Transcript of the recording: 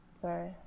Sorry